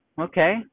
Okay